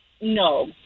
no